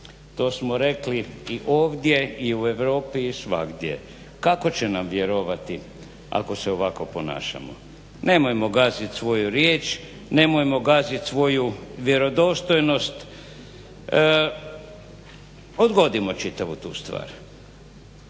to smo rekli i ovdje i u Europi i svagdje. Kako će nam vjerovati ako se ovako ponašamo? Nemojmo gaziti svoju riječ, nemojmo gaziti svoju vjerodostojnost. Odgodimo čitavu tu stvar.